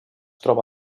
troba